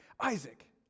Isaac